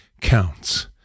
counts